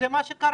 זה מה שקרה?